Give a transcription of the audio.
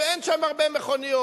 שאין שם הרבה מכוניות,